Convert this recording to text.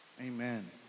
Amen